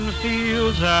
fields